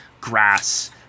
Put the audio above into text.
grass